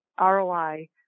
ROI